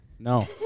No